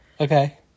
okay